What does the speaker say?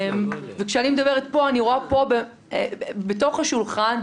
וכשאני מדברת פה אני רואה פה בתוך השולחן,